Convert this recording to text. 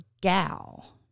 gal